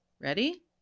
ready